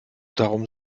darum